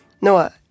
Noah